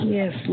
Yes